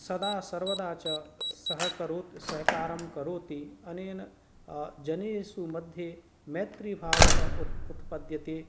सदा सर्वदा च सहकारो सहकारं करोति अनेन जनेषु मध्ये मैत्रीभावः उत् उत्पद्यते